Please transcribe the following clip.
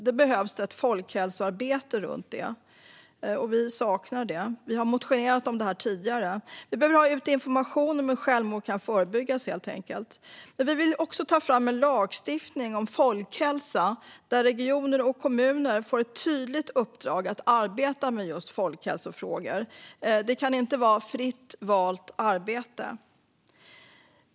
Det behövs ett folkhälsoarbete runt det, vilket vi saknar. Vänsterpartiet har motionerat om det tidigare. Det behöver helt enkelt komma ut information om hur självmord kan förebyggas. Det behövs också en lagstiftning om folkhälsa så att regioner och kommuner får ett tydligt uppdrag att arbeta med just folkhälsofrågor. Det kan inte vara fritt valt arbete. Fru talman!